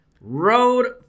road